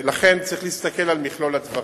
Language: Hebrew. לכן צריך להסתכל על מכלול הדברים.